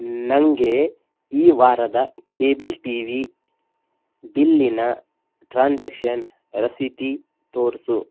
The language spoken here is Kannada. ನನಗೆ ಈ ವಾರದ ಕೇಬಲ್ ಟಿ ವಿ ಬಿಲ್ಲಿನ ಟ್ರಾನ್ಸಾಕ್ಷನ್ ರಸೀತಿ ತೋರಿಸು